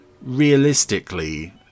realistically